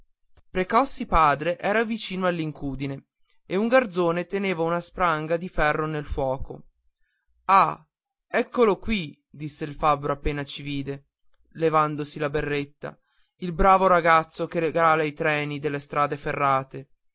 precossi padre era vicino all'incudine e un garzone teneva una spranga di ferro nel fuoco ah eccolo qui disse il fabbro appena ci vide levandosi la berretta il bravo ragazzo che regala i treni delle strade ferrate